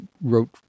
wrote